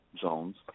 zones